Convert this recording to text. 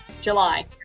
July